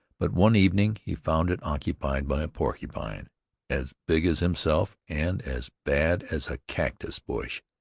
but one evening he found it occupied by a porcupine as big as himself and as bad as a cactus-bush.